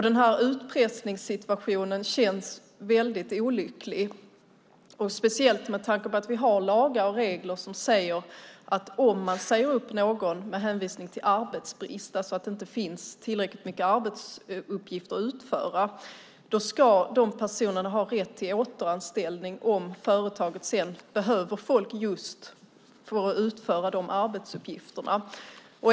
Den här utpressningssituationen känns väldigt olycklig, speciellt med tanke på att vi har lagar och regler som säger att om man säger upp någon med hänvisning till arbetsbrist, att det alltså inte finns tillräckligt många arbetsuppgifter att utföra, ska de ha rätt till återanställning om företaget behöver folk för just de arbetsuppgifterna.